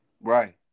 right